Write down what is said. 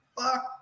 Fuck